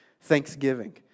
thanksgiving